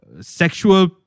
sexual